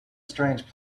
strange